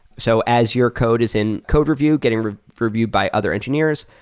so as your code is in code review, getting reviewed by other engineers,